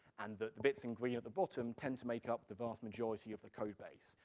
and the the bits in green at the bottom tend to make up the vast majority of the code base.